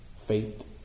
fate